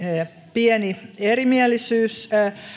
pieni erimielisyys